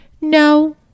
No